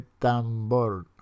tambor